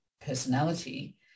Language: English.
personality